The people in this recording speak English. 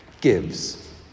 gives